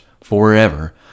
forever